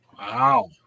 Wow